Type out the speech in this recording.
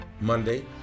Monday